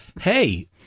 hey